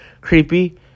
creepy